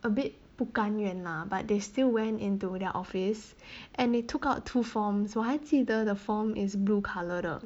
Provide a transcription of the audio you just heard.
a bit 不甘愿 lah but they still went into their office and they took out two forms 我还记得 the form is blue colour 的